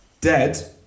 Dead